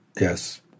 yes